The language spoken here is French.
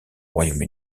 royaume